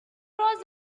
was